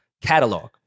catalog